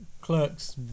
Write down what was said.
clerks